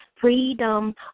freedom